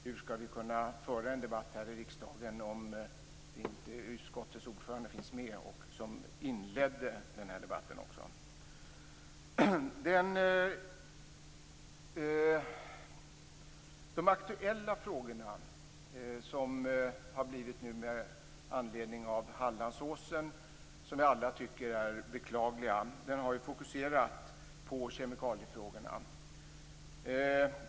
Hur skall vi kunna föra en debatt här i riksdagen om inte utskottets ordförande, som dessutom inledde debatten, finns med? De frågor som har blivit aktuella med anledning av händelserna i Hallandsåsen, som vi alla tycker är beklagliga, har fokuserat kemikaliefrågorna.